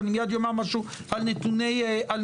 אני מיד אומר משהו על נתוני העלייה.